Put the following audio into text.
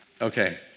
Okay